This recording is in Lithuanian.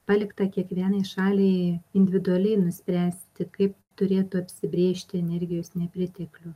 palikta kiekvienai šaliai individualiai nuspręsti kaip turėtų apsibrėžti energijos nepriteklių